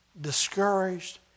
discouraged